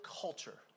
culture